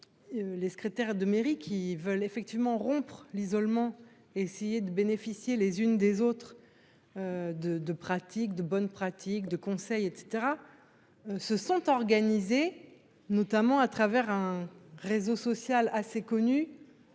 Les secrétaires de mairie qui veulent effectivement rompre l'isolement, essayer de bénéficier les unes des autres. De de pratiques de bonnes pratiques de conseils etc. Ce sont organisées, notamment à travers un réseau social assez connu.